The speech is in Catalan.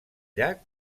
llac